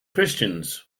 christians